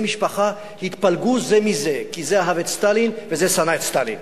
כי זה אהב את סטלין וזה שנא את סטלין.